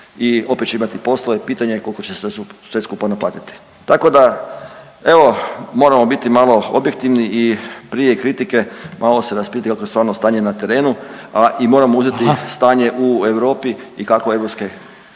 i opet će imati poslove. Pitanje je koliko će se sve skupa naplatiti. Tako da evo moramo biti malo objektivni i prije kritike malo se raspitati kakvo je stvarno stanje na terenu, a i moramo uzeti stanje u Europi i kako europske